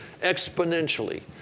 exponentially